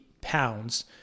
pounds